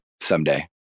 someday